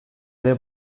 ere